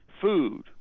food